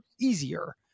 easier